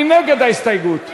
מי נגד ההסתייגות?